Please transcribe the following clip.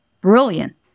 brilliant